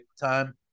time